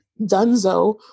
Dunzo